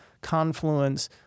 confluence